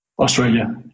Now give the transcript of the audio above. Australia